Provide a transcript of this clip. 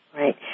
Right